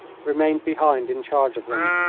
remained behind in charge of them.